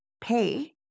pay